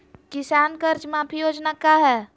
किसान कर्ज माफी योजना क्या है?